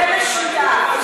זה משותף.